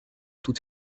toute